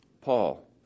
Paul